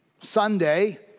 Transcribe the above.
Sunday